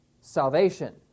salvation